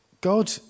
God